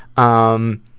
um,